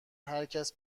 هرکس